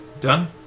done